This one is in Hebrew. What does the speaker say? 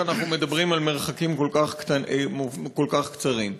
אנחנו מדברים על מרחקים כל כך קצרים.